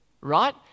right